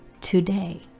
today